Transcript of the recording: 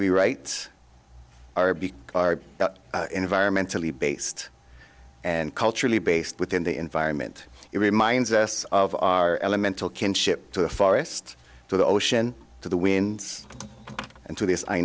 write are be environmentally based and culturally based within the environment it reminds us of our elemental kinship to the forest to the ocean to the wind and to this i